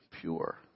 pure